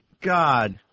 God